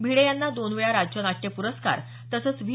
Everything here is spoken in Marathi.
भिडे यांना दोन वेळा राज्य नाट्य पुरस्कार तसंच व्ही